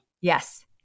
Yes